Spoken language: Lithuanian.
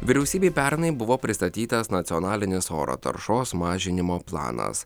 vyriausybei pernai buvo pristatytas nacionalinės oro taršos mažinimo planas